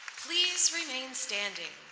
please remain standing.